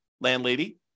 landlady